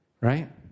right